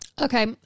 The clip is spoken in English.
Okay